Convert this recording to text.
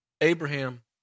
Abraham